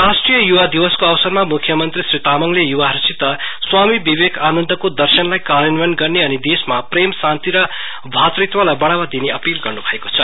राष्ट्रीय युवा दिवसको अवसरमा मुख्यमन्त्री श्री तामाङले युवाहरुसित स्वामी विवेकानन्दको दर्शनलाई कार्यन्वयन गर्ने अनि देशमा प्रेम शान्ति र मातृत्वलाई बढ़ावा दिने अपील गर्नुभएको छ